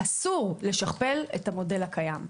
אסור לשכפל את המודל הקיים.